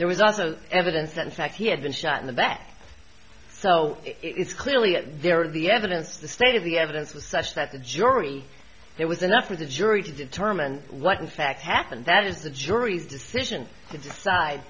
there was also evidence that in fact he had been shot in the back so it's clearly there the evidence the state of the evidence was such that the jury it was enough for the jury to determine what in fact happened that is the jury's decision to decide